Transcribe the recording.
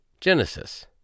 Genesis